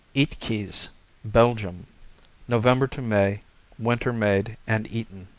aettekees belgium november to may winter-made and eaten.